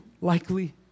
likely